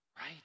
right